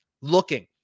looking